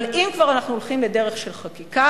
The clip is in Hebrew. אבל אם כבר אנחנו הולכים לדרך של חקיקה,